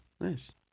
Nice